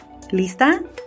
Lista